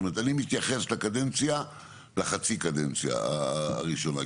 זאת אומרת אני מתייחס לקדנציה לחצי הקדנציה הראשונה,